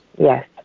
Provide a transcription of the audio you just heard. Yes